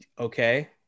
Okay